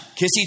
Kissy